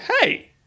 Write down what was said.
hey